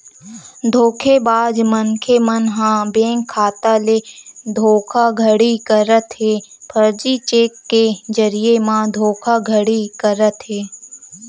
धोखेबाज मनखे मन ह बेंक खाता ले धोखाघड़ी करत हे, फरजी चेक के जरिए म धोखाघड़ी करत हे